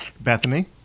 Bethany